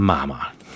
Mama